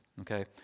okay